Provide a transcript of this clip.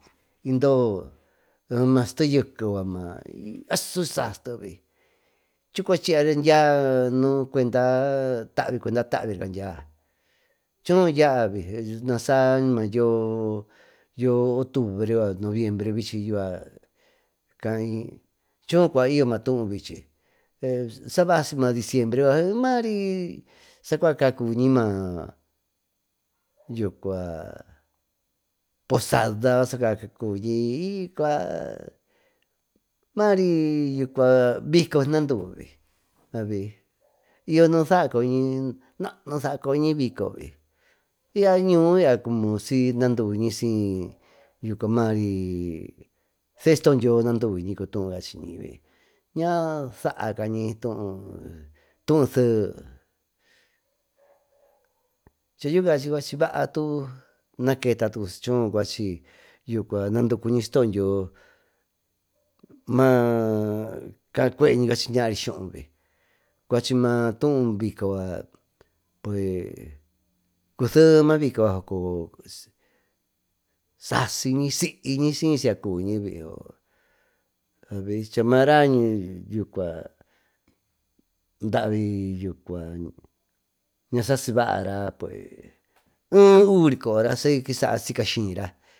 Ydoó a maa sete yeke yucua asu y sasite vi chucua chiyry diya nuú cuenda taaabiri caandya choo yaa nasaa mayoo noviembre caiyo maa tuú bichi sabasi ma diciembre sacua kacuviñi maa posada yucua iy mari bico siy naanduvi avi y yo nusaa coyoñi naanu saacoyoñi bicovi y ya ñuú y yañuiva siinanduvi aiy mari see stoo dyio nanduviñi cutuú cachiñi ñasaacañi tuú tuú see chayuu cachi vaatu ñayeeta tucu choo cuachi naaducuñi stodyio maa caa cueñi cuachi ñaari syuú vi cuaama tuú bicoo yucua puecusee maa bico yucua sasiñi siyñi siy sica cubiñi vio cha maa raa daaviñaa sasi baara cubi si kisaa sica syira.